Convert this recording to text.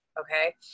okay